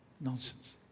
Nonsense